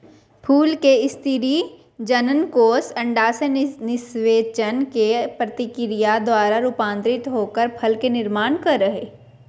फूल के स्त्री जननकोष अंडाशय निषेचन के प्रक्रिया द्वारा रूपांतरित होकर फल के निर्माण कर हई